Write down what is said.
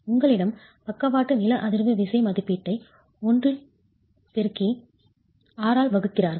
உங்களிடம் பக்கவாட்டு லேட்ரல் நில அதிர்வு விசை மதிப்பீட்டை I ஆல் பெருக்கி R ஆல் வகுத்துள்ளீர்கள்